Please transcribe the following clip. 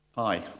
Hi